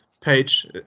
page